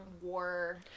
war